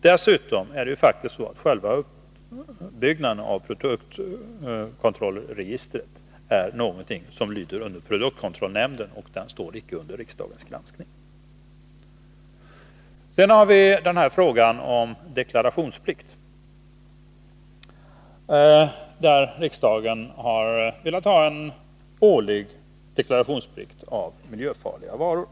Dessutom är det faktiskt så att själva uppbyggnaden av produktkontrollregistret är någonting som lyder under produktkontrollnämnden, och den står inte under riksdagens granskning. Sedan har vi frågan om deklarationsplikt. Riksdagen har velat ha en årlig deklarationsplikt av miljöfarliga varor.